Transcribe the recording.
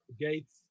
Gates